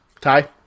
Ty